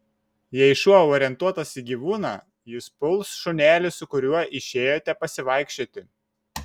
jei šuo orientuotas į gyvūną jis puls šunelį su kuriuo išėjote pasivaikščioti